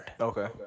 Okay